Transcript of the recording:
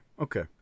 okay